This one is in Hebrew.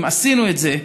אם עשינו את זה,